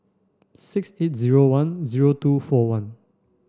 six eight zero one zero two four one